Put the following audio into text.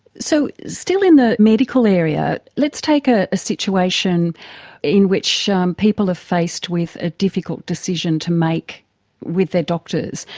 so still in the medical area, let's take ah a situation in which um people are ah faced with a difficult decision to make with their doctors.